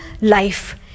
life